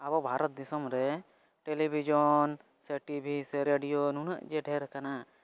ᱟᱵᱚ ᱵᱷᱟᱨᱚᱛ ᱫᱤᱥᱚᱢ ᱨᱮ ᱴᱮᱞᱤᱵᱷᱤᱥᱚᱱ ᱥᱮ ᱴᱤᱵᱷᱤ ᱥᱮ ᱨᱮᱰᱤᱭᱳ ᱱᱩᱱᱟᱹᱜ ᱡᱮ ᱰᱷᱮᱨᱟᱠᱟᱱᱟ